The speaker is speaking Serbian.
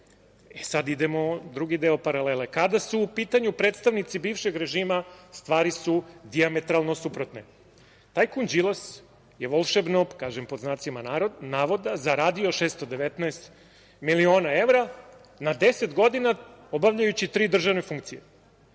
sada idemo drugi deo paralele. Kada su u pitanju predstavnici bivšeg režima stvari su dijametralno suprotne. Tajkun Đilas je „volšebno“ zaradio 619 miliona evra, na 10 godina obavljajući tri državne funkcije.